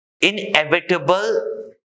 Inevitable